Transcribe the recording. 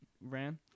ran